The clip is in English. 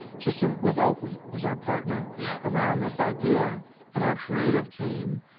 just ah with oakley was our partner. yeah around this idea that our creative team,